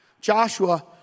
Joshua